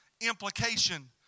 implication